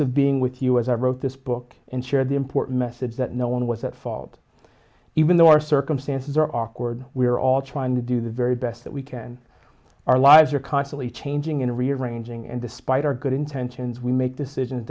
of being with us i wrote this book and shared the important message that no one was at fault even though our circumstances are awkward we are all trying to do the very best that we can our lives are constantly changing and rearranging and despite our good intentions we make decisions